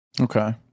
Okay